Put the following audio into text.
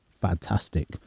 fantastic